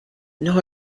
nor